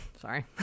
Sorry